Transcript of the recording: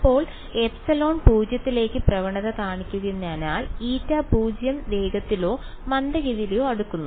ഇപ്പോൾ ε 0 ലേക്ക് പ്രവണത കാണിക്കുന്നതിനാൽ η 0 വേഗത്തിലോ മന്ദഗതിയിലോ അടുക്കുന്നു